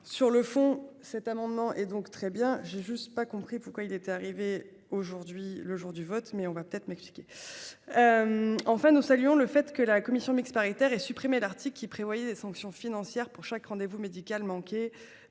Sur le fond, cet amendement est donc très bien, j'ai juste pas compris pourquoi il était arrivé aujourd'hui le jour du vote, mais on va peut-être m'expliquer. En fait, nous saluons le fait que la commission mixte paritaire et supprimer l'article qui prévoyait des sanctions financières pour chaque rendez-vous médical manqué